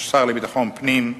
השר לביטחון פנים,